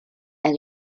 and